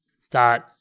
start